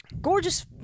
Gorgeous